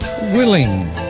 Willing